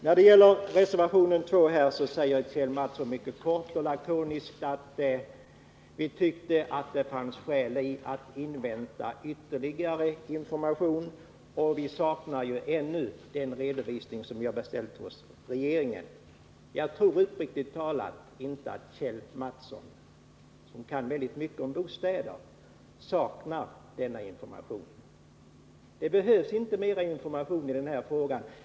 I fråga om reservationen 2 säger Kjell Mattsson kort och lakoniskt: Vi tyckte att det fanns skäl att invänta ytterligare information; vi saknar ju ännu den redovisning som vi har beställt hos regeringen. Jag tror uppriktigt sagt inte att Kjell Mattsson, som kan mycket om bostäder, saknar denna information. Det behövs inte mer information i den här frågan.